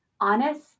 honest